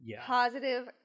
positive